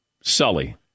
Sully